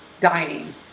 Dining